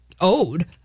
owed